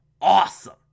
awesome